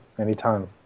Anytime